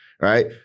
right